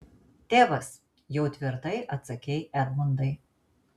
tėvas jau tvirtai atsakei edmundai